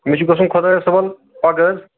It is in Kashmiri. مےٚ چھُ گَژھُن خۄدایس حوال پگاہ حظ